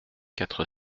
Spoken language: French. quatre